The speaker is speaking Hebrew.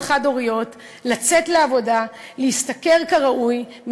חד-הוריות לצאת לעבודה ולהשתכר כראוי,